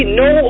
no